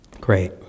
Great